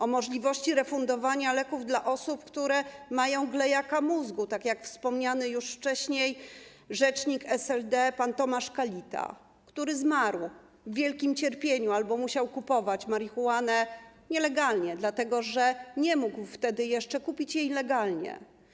O możliwości refundowania leków dla osób, które mają glejaka mózgu, tak jak wspomniany już wcześniej rzecznik SLD pan Tomasz Kalita, który zmarł w wielkim cierpieniu albo musiał kupować marihuanę nielegalnie, dlatego że nie mógł wtedy jeszcze kupić jej legalnie.